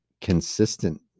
consistent